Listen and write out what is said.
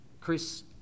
Chris